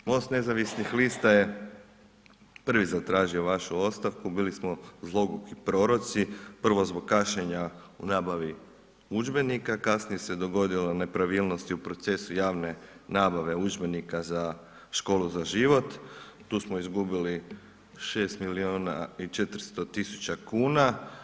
Most nezavisnih lista je prvi zatražio vašu ostavku, bili smo zloguki proroci, prvo zbog kašnjenja u nabavi udžbenika, kasnije se dogodilo nepravilnosti u procesu javne nabave udžbenika za Školu za život, tu smo izgubili 6 milijuna i 400 tisuća kuna.